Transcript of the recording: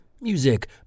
Music